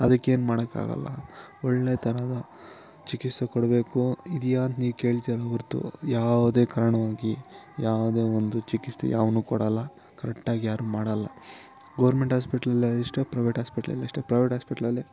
ಅದಕ್ಕೇನು ಮಾಡೋಕ್ಕಾಗಲ್ಲ ಒಳ್ಳೆಯ ಥರದ ಚಿಕಿತ್ಸೆ ಕೊಡಬೇಕು ಇದೆಯ ಅಂತ ನೀ ಕೇಳ್ತೀರ ಹೊರ್ತು ಯಾವುದೇ ಕಾರಣವಾಗಿ ಯಾವುದೇ ಒಂದು ಚಿಕಿತ್ಸೆ ಯಾವನೂ ಕೊಡೋಲ್ಲ ಕರೆಕ್ಟಾಗಿ ಯಾರೂ ಮಾಡೋಲ್ಲ ಗೋರ್ಮೆಂಟ್ ಹಾಸ್ಪೆಟ್ಲಲ್ಲ ಅಷ್ಟೇ ಪ್ರೈವೇಟ್ ಹಾಸ್ಪೆಟ್ಲಲ್ಲಿ ಅಷ್ಟೇ ಪ್ರೈವೇಟ್ ಹಾಸ್ಪೆಟ್ಲಲ್ಲಿ